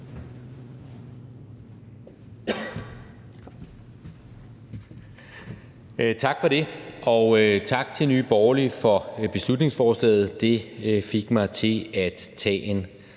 Tak for det, og tak til Nye Borgerlige for beslutningsforslaget. Det fik mig til at tage en